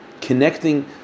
Connecting